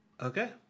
Okay